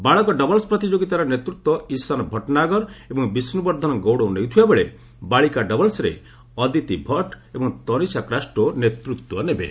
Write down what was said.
ବାଳକ ଡବଲ୍ସ୍ ପ୍ରତିଯୋଗିତାର ନେତୃତ୍ୱ ଇସାନ ଭଟ୍ଟନାଗର ଏବଂ ବିଷ୍ଣୁବର୍ଦ୍ଧନ ଗୌଡ଼ ନେଉଥିବାବେଳେ ବାଳିକା ଡବଲସ୍ରେ ଅଦିତି ଭଟ୍ଟ ଏବଂ ତନିସା କ୍ରାଷ୍ଟୋ ନେତୃତ୍ୱ ନେବେ